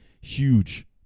huge